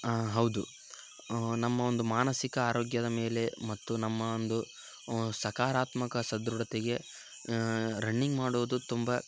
ಹಾಂ ಹೌದು ನಮ್ಮ ಒಂದು ಮಾನಸಿಕ ಆರೋಗ್ಯದ ಮೇಲೆ ಮತ್ತು ನಮ್ಮ ಒಂದು ಸಕಾರಾತ್ಮಕ ಸದೃಢತೆಗೆ ರನ್ನಿಂಗ್ ಮಾಡೋದು ತುಂಬ